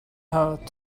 hard